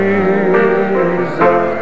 Jesus